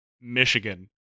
Michigan